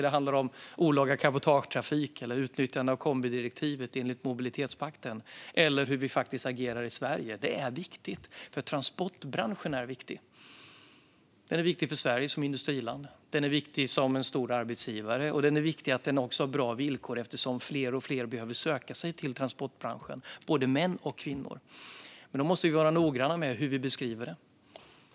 Det kan gälla olaga cabotagetrafik eller utnyttjande av kombidirektivet enligt mobilitetspakten eller hur vi faktiskt agerar i Sverige. Detta är viktigt, för transportbranschen är viktig. Den är viktig för Sverige som industriland. Den är viktig som en stor arbetsgivare. Det är viktigt att transportbranschen har bra villkor eftersom fler och fler behöver söka sig till den, både män och kvinnor. Men då måste vi vara noggranna med hur vi beskriver den.